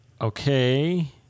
okay